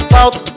South